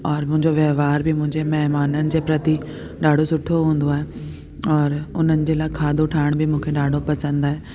और मुंहिंजो व्यवहार बि मुंहिंजे महिमाननि जे प्रति ॾाढो सुठो हूंदो आहे और उननि जे लाइ खाधो ठाहिण बि मूंखे ॾाढो पसंदि आहे